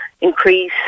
increase